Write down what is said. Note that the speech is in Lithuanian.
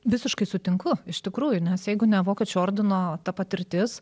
visiškai sutinku iš tikrųjų nes jeigu ne vokiečių ordino ta patirtis